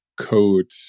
Code